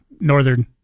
northern